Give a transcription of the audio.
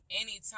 anytime